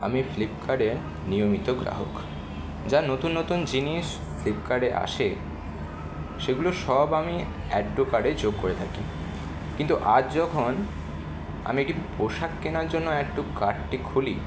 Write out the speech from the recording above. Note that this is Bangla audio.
আমি ফ্লিপকার্টে নিয়মিত গ্রাহক যা নতুন নতুন জিনিস ফ্লিপকার্টে আসে সেগুলো সব আমি অ্যাড টু কার্টে যোগ করে থাকি কিন্তু আজ যখন আমি একটি পোশাক কেনার জন্য অ্যাড টু কার্টটি খুলি